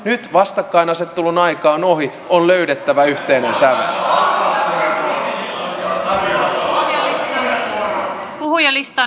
nyt vastakkainasettelun aika on ohi on löydettävä yhteinen sävel